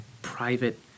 private